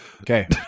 Okay